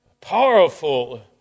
Powerful